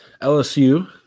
LSU